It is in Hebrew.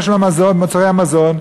מוצרי המזון,